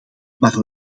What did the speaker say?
maar